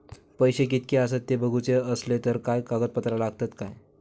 पैशे कीतके आसत ते बघुचे असले तर काय कागद पत्रा लागतात काय?